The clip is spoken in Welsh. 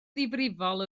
ddifrifol